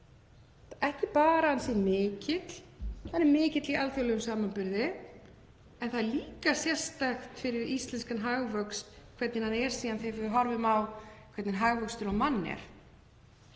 Ekki bara að hann sé mikill. Hann er mikill í alþjóðlegum samanburði en það er líka sérstakt fyrir íslenskan hagvöxt hvernig hann er síðan þegar við horfum á það hvernig hagvöxtur á mann er.